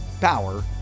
power